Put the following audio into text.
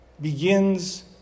begins